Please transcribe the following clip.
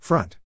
Front